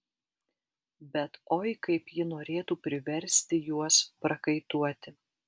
bet oi kaip ji norėtų priversti juos prakaituoti